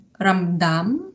ramdam